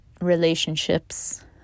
relationships